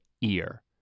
ear